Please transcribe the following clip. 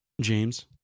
James